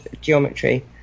geometry